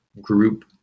group